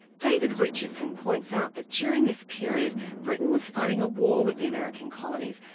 david richardson points out that during this period, britain was fighting a war with the american colonies,